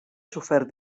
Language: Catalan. sofert